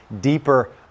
deeper